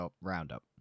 roundup